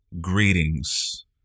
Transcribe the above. Greetings